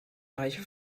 reiche